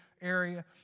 area